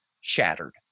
shattered